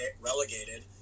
relegated